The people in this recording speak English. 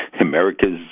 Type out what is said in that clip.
America's